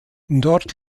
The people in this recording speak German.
dort